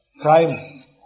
crimes